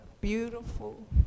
beautiful